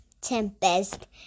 tempest